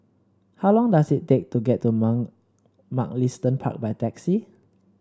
how long does it take to get to Mum Mugliston Park by taxi